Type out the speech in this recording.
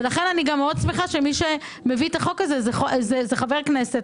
לכן אני שמחה מאוד שמי שמביא את הצעת החוק הזאת הוא חבר כנסת,